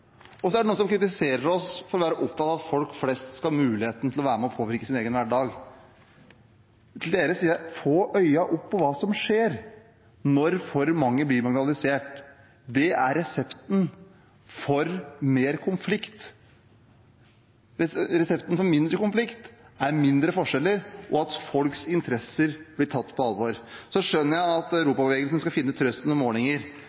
Så er det noen som kritiserer oss for å være opptatt av at folk flest skal ha muligheten til å være med og påvirke sin egen hverdag. Til dem sier jeg: Få øynene opp for hva som skjer når for mange blir marginalisert! Det er resepten på mer konflikt. Resepten på mindre konflikt er mindre forskjeller, og at folks interesser blir tatt på alvor. Så skjønner jeg at Europabevegelsen skal finne trøst i målinger.